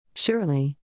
Surely